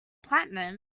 platinum